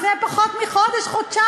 לפני פחות מחודש-חודשיים,